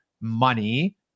money